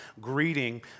greeting